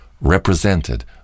represented